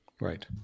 Right